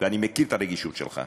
ואני מכיר את הרגישות שלך,